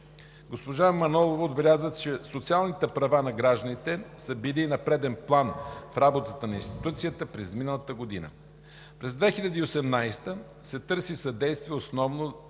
Госпожа Манолова отбеляза, че социалните права на гражданите са били на преден план в работата на институцията през изминалата година. През 2018 г. се търси съдействие основно